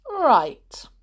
Right